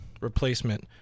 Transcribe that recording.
replacement